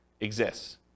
exists